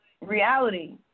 reality